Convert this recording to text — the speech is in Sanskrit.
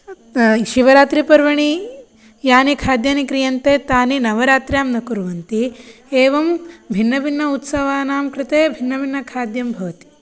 शिवरात्रिपर्वणि यानि खाद्यानि क्रियन्ते तानि नवरात्र्यां न कुर्वन्ति एवं भिन्नभिन्न उत्सवानां कृते भिन्नभिन्नखाद्यं भवति